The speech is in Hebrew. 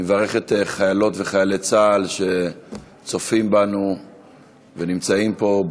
אני מברך את חיילות וחיילי צה"ל שצופים בנו ונמצאים פה.